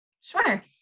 sure